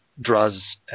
draws